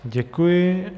Děkuji.